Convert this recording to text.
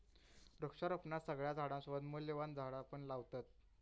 वृक्षारोपणात सगळ्या झाडांसोबत मूल्यवान झाडा पण लावतत